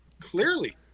clearly